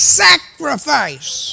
sacrifice